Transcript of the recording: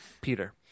Peter